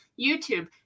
youtube